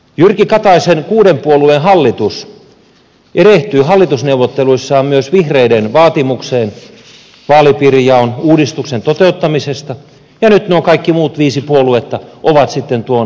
jyrki kataisen kuuden puolueen hallitus erehtyi hallitusneuvotteluissaan myös vihreiden vaatimukseen vaalipiirijaon uudistuksen toteuttamisesta ja nyt nuo kaikki muut viisi puoluetta ovat sitten tuon hallitusohjelmansa vankeja